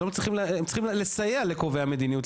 הם צריכים לסייע לקובעי המדיניות,